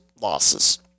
losses